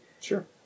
Sure